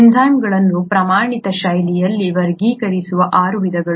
ಎನ್ಝೈಮ್ಗಳನ್ನು ಪ್ರಮಾಣಿತ ಶೈಲಿಯಲ್ಲಿ ವರ್ಗೀಕರಿಸಿದ ಆರು ವಿಧಗಳು